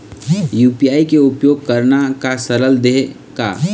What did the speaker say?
UPI के उपयोग करना का सरल देहें का?